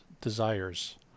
desires